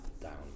down